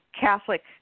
Catholic